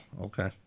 okay